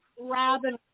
Robin